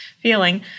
feeling